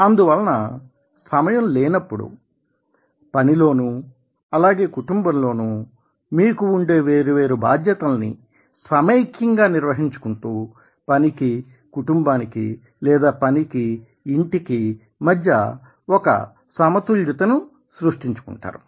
అందువలన సమయం లేనప్పుడు పనిలోనూ అలాగే కుటుంబంలోనూ మీకు ఉండే వేరు వేరు బాధ్యతల్ని సమైక్యంగా నిర్వహించుకుంటూ పనికి కుటుంబానికి లేదా పనికి ఇంటికి మధ్య ఒక సమతుల్యతను సృష్టించుకుంటారు